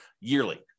yearly